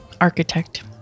Architect